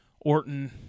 Orton